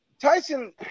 Tyson